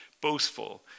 boastful